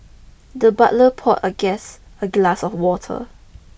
the butler pour a guest a glass of water